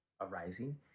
arising